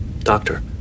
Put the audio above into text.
Doctor